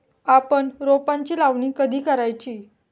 आपण रोपांची लावणी कधी करायची?